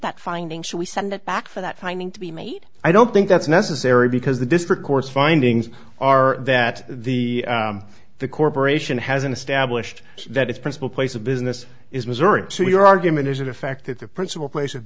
that finding should we send it back for that finding to be made i don't think that's necessary because the district court's findings are that the the corporation has an established that its principal place of business is missouri to your argument is in effect that the principal place of